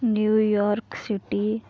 New York city